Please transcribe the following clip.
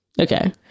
Okay